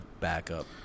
backup